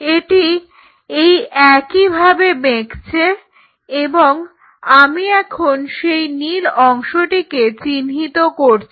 এটি এই একই ভাবে বেঁকছে এবং আমি এখন সেই নীল অংশটিকে চিহ্নিত করছি